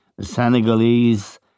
Senegalese